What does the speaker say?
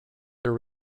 there